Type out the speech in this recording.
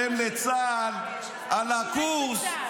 במחנה ------ חבר הכנסת דוידסון,